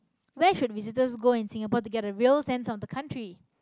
where should visitors go in singapore to get a real sense of the country